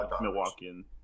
Milwaukee